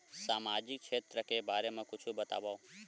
सामाजिक क्षेत्र के बारे मा कुछु बतावव?